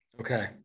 Okay